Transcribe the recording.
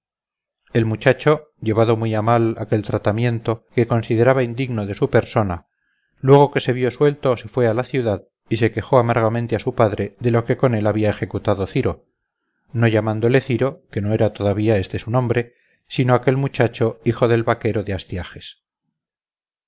el muchacho llevado muy a mal aquel tratamiento que consideraba indigno de su persona luego que se vio suelto se fue a la ciudad y se quejó amargamente a su padre de lo que con él había ejecutado ciro no llamándole ciro que no era todavía este su nombre sino aquel muchacho hijo del vaquero de